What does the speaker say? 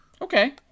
Okay